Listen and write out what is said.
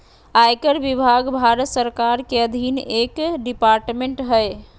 आयकर विभाग भारत सरकार के अधीन एक डिपार्टमेंट हय